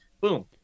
boom